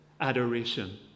adoration